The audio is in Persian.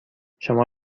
شما